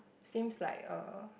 seems like a